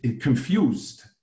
confused